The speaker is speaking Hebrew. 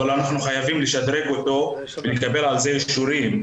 אבל אנחנו חייבים לשדרג אותו ולקבל על זה אישורים.